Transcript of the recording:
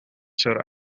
sure